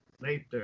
later